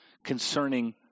Concerning